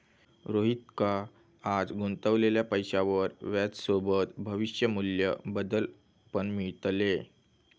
रोहितका आज गुंतवलेल्या पैशावर व्याजसोबत भविष्य मू्ल्य बदल पण मिळतले